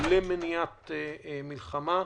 למניעת מלחמה.